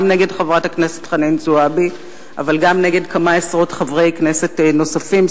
גם נגד חברת הכנסת חנין זועבי אבל גם נגד כמה עשרות חברי כנסת נוספים,